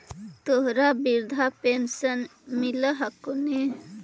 तोहरा वृद्धा पेंशन मिलहको ने?